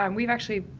um we've actually,